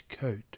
coat